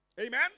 Amen